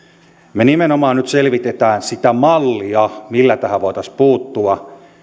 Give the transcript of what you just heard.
me nimenomaan nyt selvitämme sitä mallia millä tähän voitaisiin puuttua